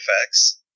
effects